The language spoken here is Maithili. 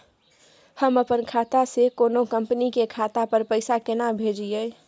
हम अपन खाता से कोनो कंपनी के खाता पर पैसा केना भेजिए?